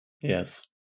Yes